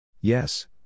Yes